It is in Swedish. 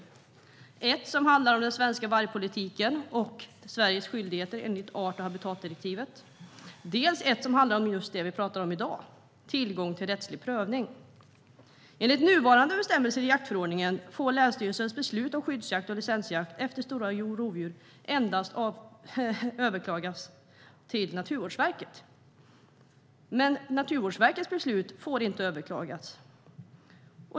Det är ett som handlar om den svenska vargpolitiken och Sveriges skyldigheter enligt art och habitatdirektivet, och det är ett som handlar om just det vi pratar om i dag: tillgång till rättslig prövning. Enligt nuvarande bestämmelser i jaktförordningen får länsstyrelsens beslut om skyddsjakt och licensjakt efter stora rovdjur endast överklagas till Naturvårdsverket. Men Naturvårdsverkets beslut får inte överklagas.